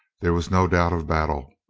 there was no doubt of battle.